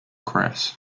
cress